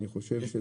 אני חושב,